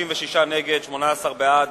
36 נגד, 18 בעד,